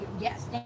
yes